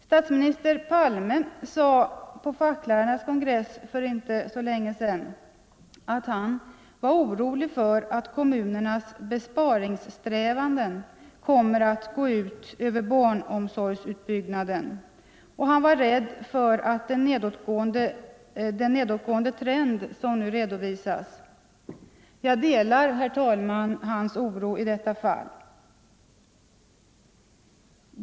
Statsminister Palme sade på facklärarnas kongress för inte så länge sedan att han var orolig för att kommunernas besparingssträvanden kommer att gå ut över barnomsorgsutbyggnaden, och han var rädd för den nedåtgående trend som nu redovisas. Jag delar, herr talman, hans oro i detta fall.